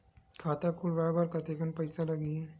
खाता खुलवाय बर कतेकन पईसा लगही?